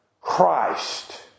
Christ